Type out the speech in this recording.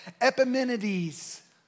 Epimenides